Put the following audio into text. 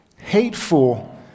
hateful